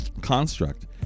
construct